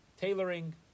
tailoring